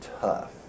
tough